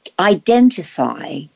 identify